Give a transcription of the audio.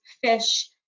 fish